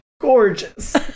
Gorgeous